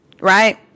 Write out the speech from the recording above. right